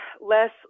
less